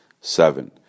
Seven